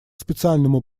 специальному